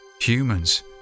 Humans